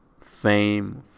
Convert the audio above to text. Fame